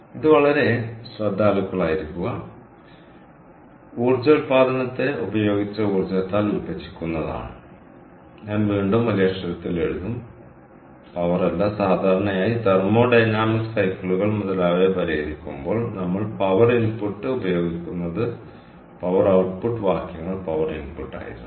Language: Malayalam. ഇത് വളരെ ശ്രദ്ധാലുക്കളായിരിക്കുക ഇത് ഊർജ്ജ ഉൽപ്പാദനത്തെ ഉപയോഗിച്ച ഊർജ്ജത്താൽ വിഭജിക്കുന്നതാണ് ഞാൻ വീണ്ടും വലിയക്ഷരങ്ങളിൽ എഴുതും പവർ അല്ല സാധാരണയായി തെർമോഡൈനാമിക് സൈക്കിളുകൾ മുതലായവ പരിഹരിക്കുമ്പോൾ നമ്മൾ പവർ ഇൻപുട്ട് ഉപയോഗിക്കുന്നത് പവർ ഔട്ട്പുട്ട് വാക്യങ്ങൾ പവർ ഇൻപുട്ട് ആയിരുന്നു